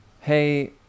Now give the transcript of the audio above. hey